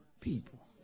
people